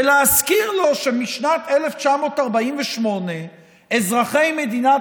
ולהזכיר לו שמשנת 1948 אזרחי מדינת